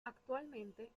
actualmente